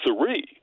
three